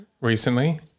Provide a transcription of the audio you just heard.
recently